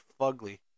fugly